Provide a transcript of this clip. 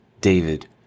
David